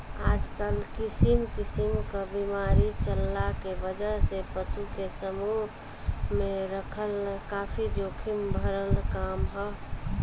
आजकल किसिम किसिम क बीमारी चलला के वजह से पशु के समूह में रखल काफी जोखिम भरल काम ह